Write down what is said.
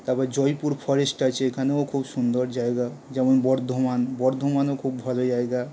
তারপর জয়পুর ফরেস্ট আছে এখানেও খুব সুন্দর জায়গা যেমন বর্ধমান বর্ধমানও খুব ভালো জায়গা